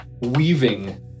weaving